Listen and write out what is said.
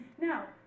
Now